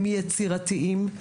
הם יצירתיים,